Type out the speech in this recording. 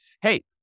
hey